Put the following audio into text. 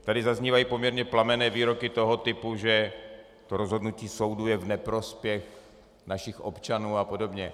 Tady zaznívají poměrně plamenné výroky toho typu, že rozhodnutí soudu je v neprospěch našich občanů a podobně.